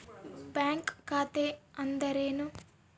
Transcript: Bank ಖಾತೆ ಅಂದರೆ ಏನು?